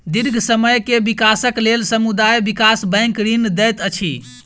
दीर्घ समय के विकासक लेल समुदाय विकास बैंक ऋण दैत अछि